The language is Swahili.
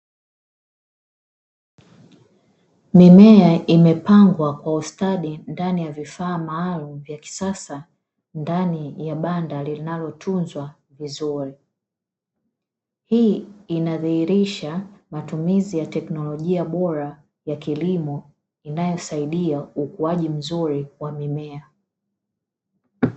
Mimea imepangwa kwa ustadi ndani ya vifaa maalumu vya kisasa, ndani ya banda linalotunzwa vizuri. Hii inadhihirisha matumizi ya teknolojia bora ya kilimo, inayosaidia ukuaji mzuri wa mimea.